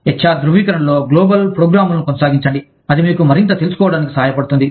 HR ధృవీకరణలో global ప్రోగ్రామ్లను కొనసాగించండి అది మీకు మరింత తెలుసుకోవడానికి సహాయపడుతుంది